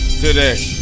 today